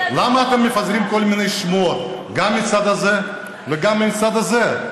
למה אתם מפזרים כל מיני שמועות גם מהצד הזה וגם מהצד הזה?